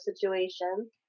situation